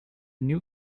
new